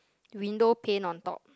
window pane on top